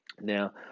Now